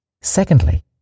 Secondly